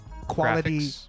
quality